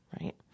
Right